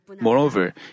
moreover